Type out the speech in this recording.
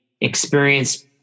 experience